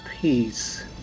Peace